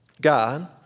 God